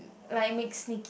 like makes it